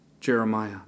Jeremiah